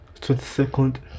twenty-second